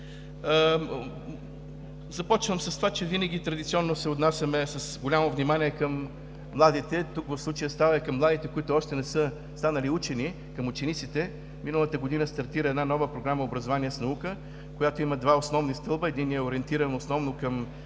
Започвам с това, че винаги традиционно се отнасяме с голямо внимание към младите – в случая става въпрос за младите, които още не са станали учени, към учениците. Миналата година стартира една нова Програма „Образование с наука“, която има два основни стълба. Единият е ориентиран основно към